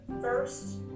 first